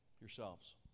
Yourselves